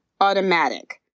automatic